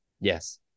Yes